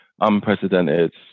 unprecedented